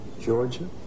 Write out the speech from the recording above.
Georgia